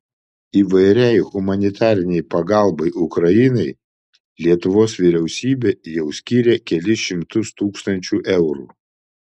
įvairiai humanitarinei pagalbai ukrainai lietuvos vyriausybė jau skyrė kelis šimtus tūkstančių eurų